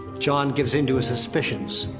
jon gives into his suspicions,